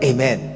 Amen